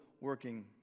working